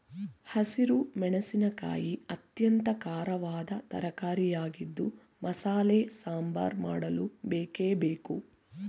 ಹಸಿರು ಮೆಣಸಿನಕಾಯಿ ಅತ್ಯಂತ ಖಾರವಾದ ತರಕಾರಿಯಾಗಿದ್ದು ಮಸಾಲೆ ಸಾಂಬಾರ್ ಮಾಡಲು ಬೇಕೇ ಬೇಕು